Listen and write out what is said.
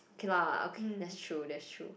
okay lah that's true that's true